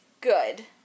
good